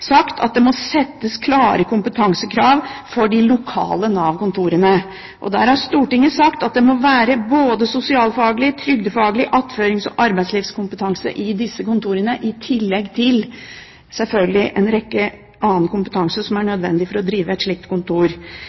sagt at det må stilles klare kompetansekrav til de lokale Nav-kontorene, og Stortinget har sagt at det må være både sosialfaglig og trygdefaglig kompetanse og attførings- og arbeidslivskompetanse i disse kontorene, selvfølgelig i tillegg til en rekke annen kompetanse som er nødvendig for å drive et slikt kontor.